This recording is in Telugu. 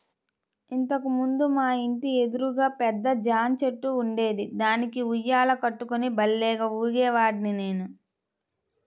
ఇంతకు ముందు మా ఇంటి ఎదురుగా పెద్ద జాంచెట్టు ఉండేది, దానికి ఉయ్యాల కట్టుకుని భల్లేగా ఊగేవాడ్ని నేను